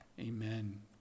Amen